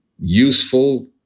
useful